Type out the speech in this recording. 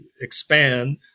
expand